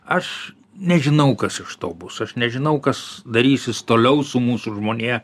aš nežinau kas iš to bus aš nežinau kas darysis toliau su mūsų žmonija